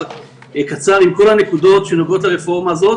קצר עם כל הנקודות שנוגעות לרפורמה הזאת